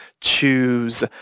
choose